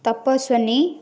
Tapaswini